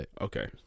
Okay